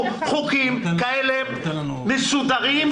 חוקים כאלה מסודרים,